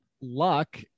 Luck